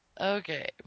okay